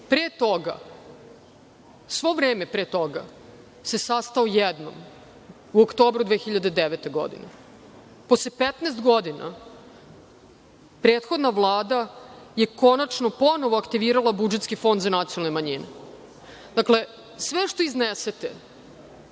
Pre toga, svo vreme pre toga se sastao jednom u oktobru 2009. godine. Posle 15 godina prethodna Vlada je konačno ponovo aktivirala budžetski Fond za nacionalne manjine. Dakle, sve što iznesete,